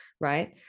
right